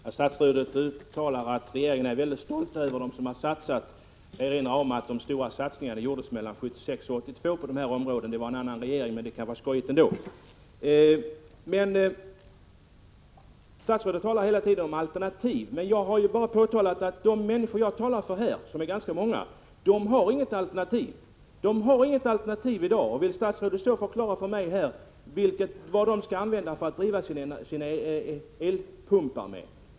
Fru talman! Statsrådet uttalar att regeringen är mycket stolt över satsningen på värmepumpar. Jag vill erinra om att de stora satsningarna gjordes mellan 1976 och 1982, då det inte var socialdemokratisk regering. Statsrådet talar hela tiden om alternativ, men jag har påtalat att ett stort antal människor inte har något alternativ i dag. Kan statsrådet förklara för mig vad de skall driva sina elpumpar med!